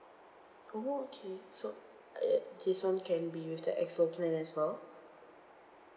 oh okay so uh this one can be with the X_O plan as well